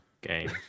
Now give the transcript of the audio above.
Game